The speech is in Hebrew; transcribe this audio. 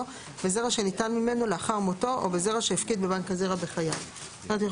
בזרע שניטל ממנו לאחר מותו או בזרע שהפקיד בבנק הזרע בחייו; זאת אומרת,